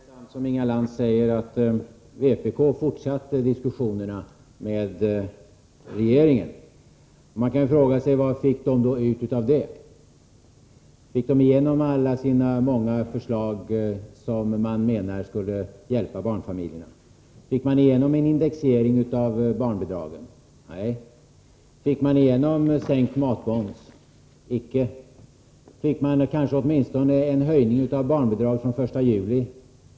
Herr talman! Det är sant som Inga Lantz säger, att vpk fortsatte diskussionerna med regeringen. Man kan fråga sig vad de fick ut av det. Fick de igenom alla sina många förslag som man menar skulle hjälpa barnfamiljerna? Fick man igenom en indexering av barnbidragen? Nej. Fick man igenom sänkt matmoms? Icke. Fick man kanske åtminstone igenom en höjning av barnbidraget från den 1 juli?